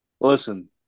listen